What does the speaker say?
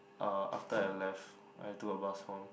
uh after I left I took a bus home